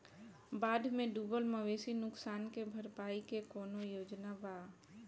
बाढ़ में डुबल मवेशी नुकसान के भरपाई के कौनो योजना वा?